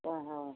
ஆ ஆ